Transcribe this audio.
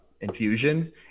infusion